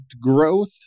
growth